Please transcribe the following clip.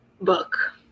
book